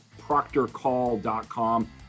proctorcall.com